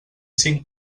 cinc